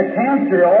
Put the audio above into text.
cancer